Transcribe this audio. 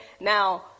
Now